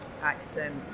accent